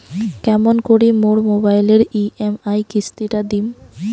কেমন করি মোর মোবাইলের ই.এম.আই কিস্তি টা দিম?